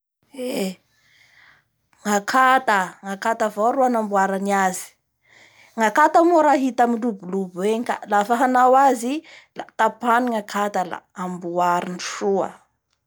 Eee! Gnakata, gnakata avao ro anamboarany azy, ngakata moa raha hita main'ny lobolobo egny ka lafa hanao azy i la tapahany akata la amboariny soa.